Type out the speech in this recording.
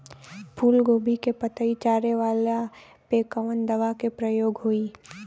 फूलगोभी के पतई चारे वाला पे कवन दवा के प्रयोग होई?